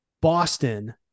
Boston